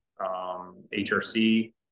HRC